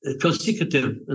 consecutive